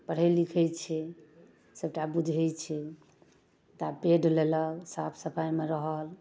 पढ़ै लिखै छै सभटा बूझै छै तऽ आब पैड लेलक साफ सफाइमे रहल